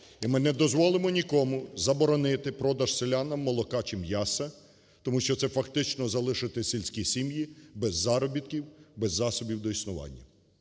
І ми не дозволимо нікому заборонити продаж селянам молока чи м'яса, тому що це фактично залишити сільські сім'ї без заробітків, без засобів до існування.